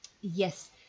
yes